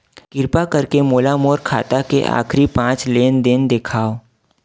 किरपा करके मोला मोर खाता के आखिरी पांच लेन देन देखाव